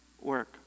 work